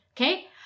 okay